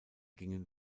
gingen